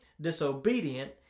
disobedient